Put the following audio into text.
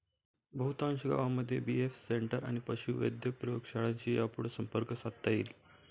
बहुतांश गावांमध्ये BAF centre आणि पशुवैद्यक प्रयोगशाळांशी यापुढं संपर्क साधता येईल